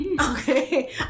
Okay